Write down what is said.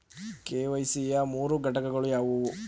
KYC ಯ ಮೂರು ಘಟಕಗಳು ಯಾವುವು?